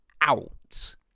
out